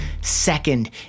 Second